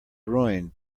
ruined